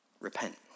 Repent